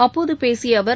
அப்போது பேசிய அவர்